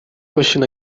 question